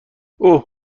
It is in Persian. اوه